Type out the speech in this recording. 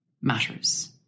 matters